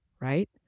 right